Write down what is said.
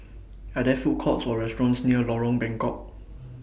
Are There Food Courts Or restaurants near Lorong Bengkok